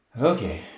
Okay